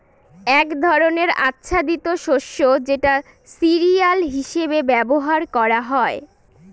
এক ধরনের আচ্ছাদিত শস্য যেটা সিরিয়াল হিসেবে ব্যবহার করা হয়